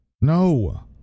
No